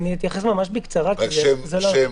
אתייחס ממש בקצרה כי זה לא הדיון.